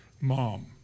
mom